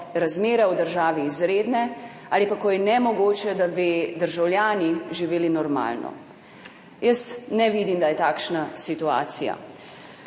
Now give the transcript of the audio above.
razmere v državi izredne, ali ko je nemogoče, da bi državljani živeli normalno. Jaz ne vidim, da je takšna situacija.